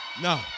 No